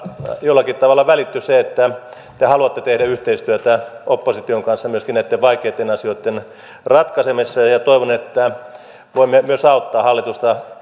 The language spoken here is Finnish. jollakin tavalla välittyi se että te haluatte tehdä yhteistyötä opposition kanssa myöskin näitten vaikeitten asioitten ratkaisemisessa ja ja toivon että voimme myös auttaa hallitusta